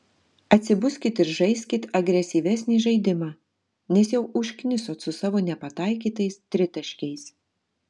atsibuskit ir žaiskit agresyvesnį žaidimą nes jau užknisot su savo nepataikytais tritaškiais